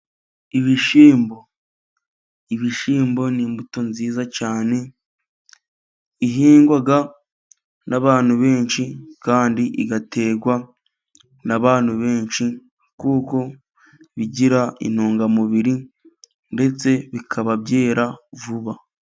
Ibishyimbo, ibishyimbo ni imbuto nziza cyane bihingwa n'abantu benshi kandi igaterwa nabantu benshi kuko bigira intungamubiri ndetse bikaba byera vuba.